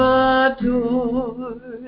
adore